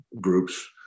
groups